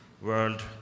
world